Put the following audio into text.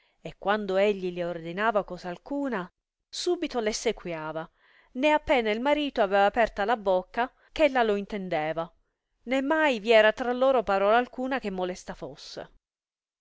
e quando egli le ordinava cosa alcuna subito le essequie va né a pena il marito aveva aperta la bocca ch'ella lo intendeva né mai vi era tra loro parola alcuna che molesta fosse